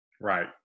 Right